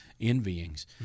envyings